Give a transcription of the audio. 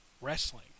wrestling